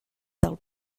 del